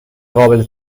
قابل